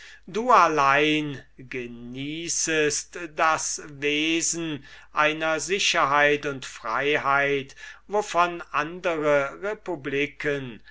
du allein genießest das wesen einer sicherheit und freiheit von denen andere republiken